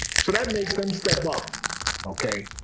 so that makes them step up ok?